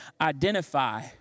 identify